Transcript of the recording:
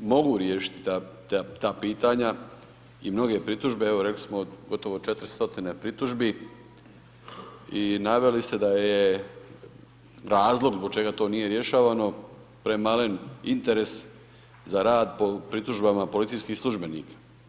mogu riješiti ta pitanja i mnoge pritužbe, evo rekli smo gotovo 400 pritužbi i naveli ste da je razlog zbog čega to nije rješavano, premalen interes za rad po pritužbama policijskih službenika.